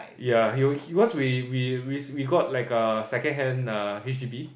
yeah he was cause we we we we got like a second hand h_d_b